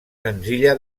senzilla